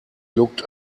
looked